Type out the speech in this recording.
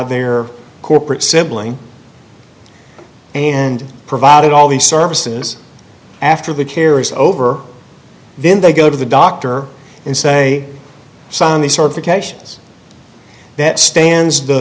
their corporate sibling and provided all the services after the care is over then they go to the doctor and say sign the certifications that stands the